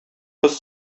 кыз